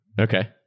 Okay